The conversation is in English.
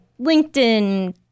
LinkedIn